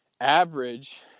average